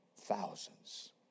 thousands